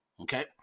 okay